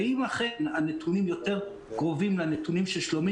ואם אכן הנתונים יותר קרובים לנתונים ששלומי